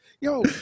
Yo